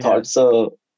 thoughts